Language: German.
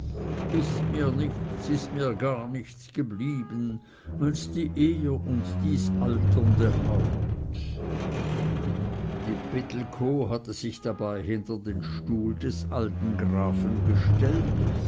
ist mir nichts ist mir gar nichts geblieben als die ehr und dies alternde haupt die pittelkow hatte sich dabei hinter den stuhl des alten grafen gestellt